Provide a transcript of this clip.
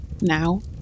Now